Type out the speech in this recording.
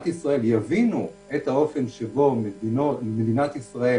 ישראל יבינו את האופן שבו מדינת ישראל